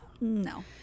no